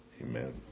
Amen